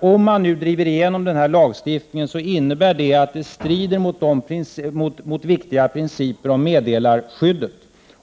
Om man nu driver igenom den här lagstiftningen, så strider det mot viktiga principer om meddelarskyddet.